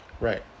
right